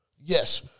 Yes